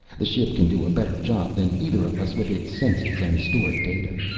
the ship can do a better job than either of us with its senses and stored data.